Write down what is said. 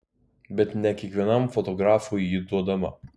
bet ne kiekvienam fotografui ji duodama